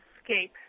escape